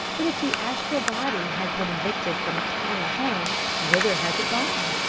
but if the astral body has been evicted from its carnal home, whither has it gone?